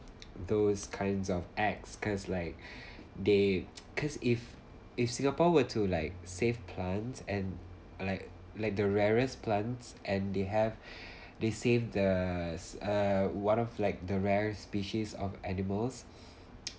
those kinds of acts cause like they cause if if singapore were to like save plants and like like the rarest plants and they have they saved the uh what of like the rarest species of animals